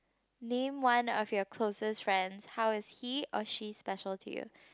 name one of your closest friends how is he or she special to you